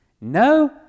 No